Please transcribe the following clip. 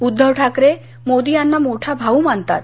उद्धव ठाकरे मोदी यांना मोठा भाऊ मानतात